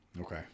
Okay